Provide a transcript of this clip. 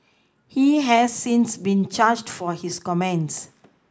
he has since been charged for his comments